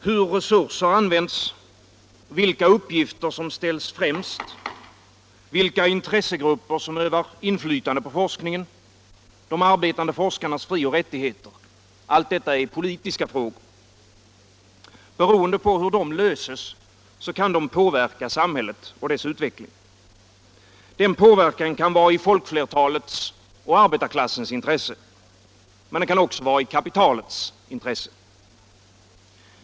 Hur resurser används, vilka uppgifter som ställs främst, vilka intressegrupper som övar inflytande på forskningen, de arbetande forskarnas frioch rättigheter — allt detta är politiska frågor. Beroende på hur de löses kan de påverka samhället och dess utveckling. Denna påverkan kan vara i folkflertalets och arbetarklassens intresse — eller i kapitalets intresse.